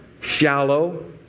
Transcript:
shallow